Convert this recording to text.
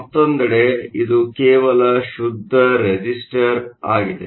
ಮತ್ತೊಂದೆಡೆ ಇದು ಕೇವಲ ಶುದ್ಧ ರೆಸಿಸ್ಟರ್Resistor ಆಗಿದೆ